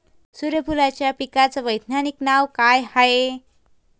सुर्यफूलाच्या पिकाचं वैज्ञानिक नाव काय हाये?